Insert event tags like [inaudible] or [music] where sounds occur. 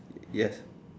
yes [breath]